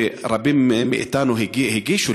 שרבים מאתנו הגישו,